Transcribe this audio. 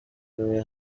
imwe